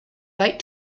right